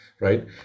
right